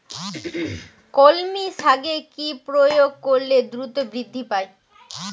কলমি শাকে কি প্রয়োগ করলে দ্রুত বৃদ্ধি পায়?